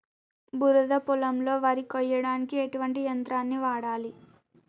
బురద పొలంలో వరి కొయ్యడానికి ఎటువంటి యంత్రాన్ని వాడాలి?